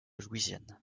louisiane